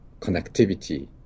connectivity